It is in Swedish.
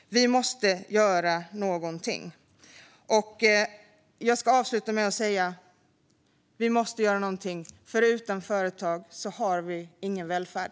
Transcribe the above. Vi måste göra någonting. Utan företag har vi nämligen ingen välfärd.